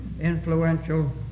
influential